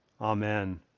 Amen